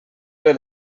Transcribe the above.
ple